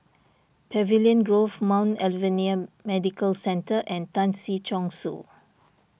Pavilion Grove Mount Alvernia Medical Centre and Tan Si Chong Su